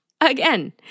Again